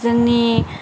जोंनि